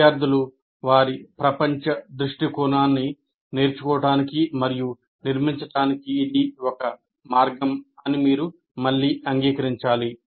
విద్యార్థులు వారి ప్రపంచ దృష్టికోణాన్ని నేర్చుకోవటానికి మరియు నిర్మించడానికి ఇది ఒక మార్గం అని మీరు మళ్ళీ అంగీకరించాలి